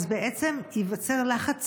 אז בעצם ייווצר לחץ